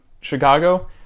Chicago